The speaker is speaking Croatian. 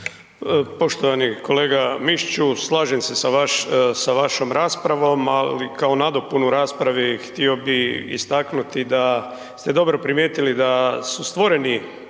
Poštovani kolega Mišiću, slažem se sa vašom raspravom, ali kao nadopunu raspravi, htio bi istaknuti da ste dobro primijetili da su stvoreni